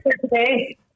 today